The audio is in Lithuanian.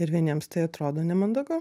ir vieniems tai atrodo nemandagu